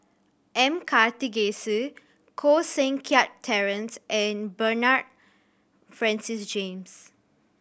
M Karthigesu Koh Seng Kiat Terence and Bernard Francis James